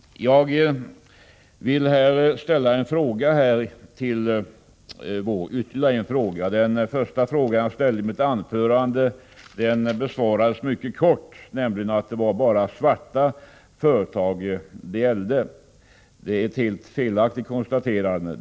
Jag vill ställa ytterligare en fråga till Nils Erik Wååg. Den fråga jag ställde i mitt tidigare anförande besvarades mycket kortfattat. Nils Erik Wååg sade nämligen att det bara vars.k. svarta företag som blivit blockerade. Det är ett helt felaktigt konstaterande.